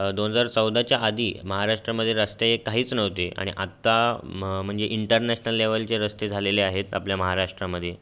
दोन हजार चौदाच्या आधी महाराष्ट्रामध्ये रस्ते काहीच नव्हते आणि आत्ता म म्हणजे इंटरनॅशनल लेवलचे रस्ते झालेले आहेत आपल्या महाराष्ट्रामध्ये